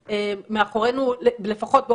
על זכויות שהם בואו נבהיר את הדברים לא פחות מהותיות,